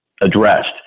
addressed